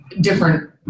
different